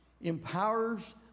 empowers